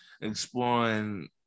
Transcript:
exploring